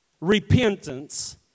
repentance